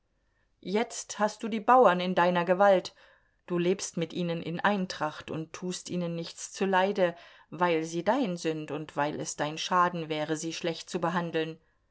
jetzt hast du die bauern in deiner gewalt du lebst mit ihnen in eintracht und tust ihnen nichts zuleide weil sie dein sind und weil es dein schaden wäre sie schlecht zu behandeln